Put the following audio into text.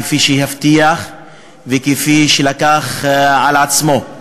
כפי שהבטיח וכפי שלקח על עצמו.